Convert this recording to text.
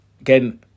again